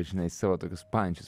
žinai savo tokius pančius